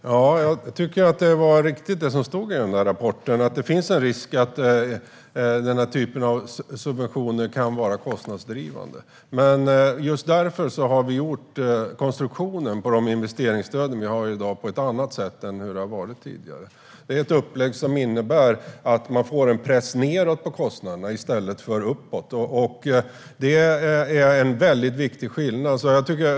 Herr talman! Jag tycker att det är riktigt som står i rapporten, att det finns en risk för att den här typen av subventioner kan vara kostnadsdrivande. Just därför har vi konstruerat de investeringsstöd vi har i dag på ett annat sätt än tidigare. Upplägget innebär att man får en press nedåt på kostnaderna i stället för uppåt. Det är en väldigt viktig skillnad.